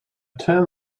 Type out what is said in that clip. term